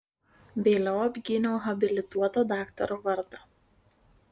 vėliau apgyniau habilituoto daktaro vardą